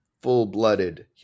full-blooded